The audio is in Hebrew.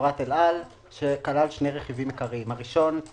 לחברת אל על שכלל שני רכיבים עיקריים: הראשון הוא